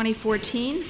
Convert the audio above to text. and fourteen